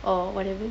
or whatever